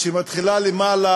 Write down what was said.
לאחר שהיא מתחילה למעלה,